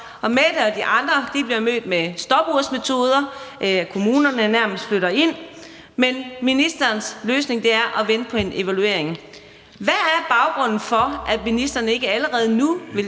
og Mette og de andre bliver mødt med stopursmetoder, hvor kommunerne nærmest flytter ind, men ministerens løsning er at vente på en evaluering. Hvad er baggrunden for, at ministeren ikke allerede nu vil